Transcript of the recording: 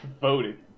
Voted